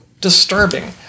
disturbing